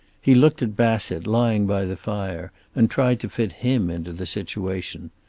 he looked at bassett, lying by the fire, and tried to fit him into the situation.